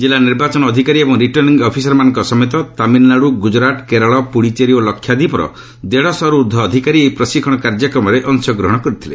ଜିଲ୍ଲା ନିର୍ବାଚନ ଅଧିକାରୀ ଏବଂ ରିଟର୍ଶ୍ଣି ଅଫିସରମାନଙ୍କ ସମେତ ତାମିଲନାଡୁ ଗୁଜରାଟ କେରଳ ପୁଡ଼ିଚେରୀ ଓ ଲକ୍ଷାଦୀପର ଦେଢ଼ଶହରୁ ଉର୍ଦ୍ଧ୍ୱ ଅଧିକାରୀ ଏହି ପ୍ରଶିକ୍ଷଣ କାର୍ଯ୍ୟକ୍ରମରେ ଅଂଶଗ୍ରହଣ କରିଥିଲେ